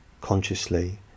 consciously